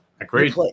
Agreed